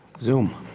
zoom?